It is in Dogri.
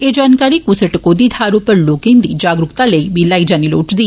एह जानकारी कुसै टकोदी थाहर उप्पर लोकें दी जागरूकता लेई लाई जानी लोड़चदी